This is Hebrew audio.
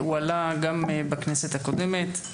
הוא עלה גם בכנסת הקודמת.